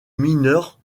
mineur